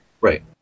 Right